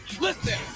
Listen